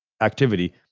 activity